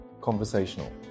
conversational